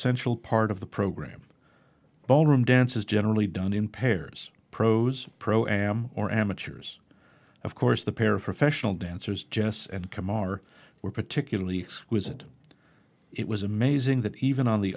sential part of the program ballroom dance is generally done in pairs pros pro am or amateurs of course the pair of professional dancers jess and come are were particularly was and it was amazing that even on the